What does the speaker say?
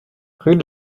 rue